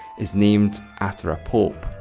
is named after a pope,